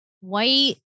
white